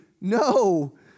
no